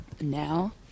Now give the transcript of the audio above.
now